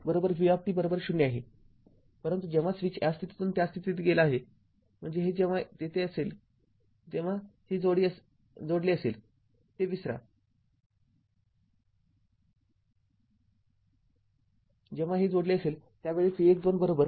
ते V१२v० आहे परंतु जेव्हा स्विच या स्थितीतून त्या स्थितीत गेला आहे म्हणजे हे जेव्हा तेथे असेल जेव्हा हे जोडले असेल ते विसरा जेव्हा हे जोडले असेल त्यावेळी V१२V0 आहे